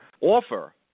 offer